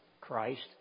Christ